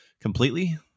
completely